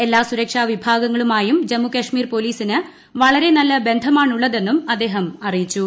എല്ലാ സുരക്ഷാ വിഭാഗങ്ങളുമായും ജമ്മു കശ്മീർ പോലീസിന് വളരെ നല്ല ബന്ധമാണുള്ളതെന്നും അദ്ദേഹം അറിയിച്ചു